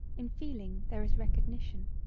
in feeling there is recognition,